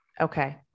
Okay